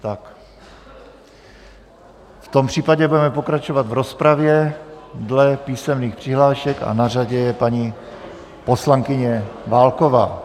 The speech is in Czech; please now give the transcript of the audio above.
V tom případě budeme pokračovat v rozpravě dle písemných přihlášek a na řadě je paní poslankyně Válková.